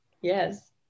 Yes